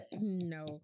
No